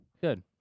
good